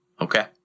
okay